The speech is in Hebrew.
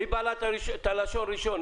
מי בלע את הלשון ראשון?